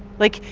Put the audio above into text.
like,